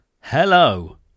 hello